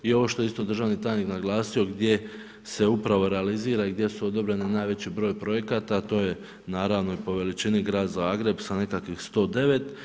I ovo što je isto državni tajnik naglasio gdje se upravo realizira i gdje su odobreni najveći broj projekata, a to je naravno i po veličini Grad Zagreb sa nekakvih 109.